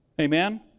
Amen